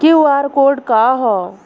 QR code का ह?